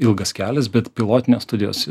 ilgas kelias bet pilotinės studijos